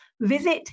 Visit